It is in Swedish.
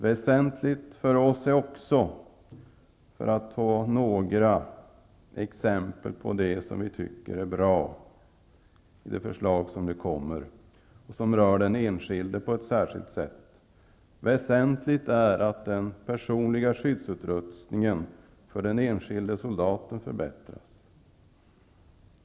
Väsentligt för oss är -- för att ta ett exempel på det som vi tycker är bra och som rör den enskilde på ett särskilt sätt -- att den personliga skyddsutrustningen för den enskilde soldaten förbättras.